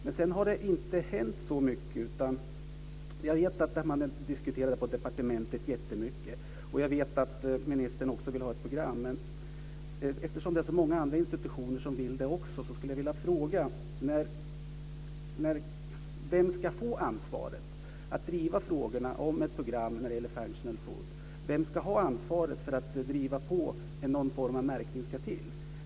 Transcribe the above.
Men sedan har det inte hänt så mycket. Jag vet att man har diskuterat detta mycket på departementet, och jag vet att ministern också vill ha ett program. Men eftersom det är så många andra institutioner som också vill det skulle jag vilja ställa en fråga. Vem ska få ansvaret att driva frågorna om ett program när det gäller functional food? Vem ska ha ansvaret för att driva på att någon form av märkning ska ske?